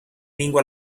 lingua